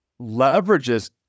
leverages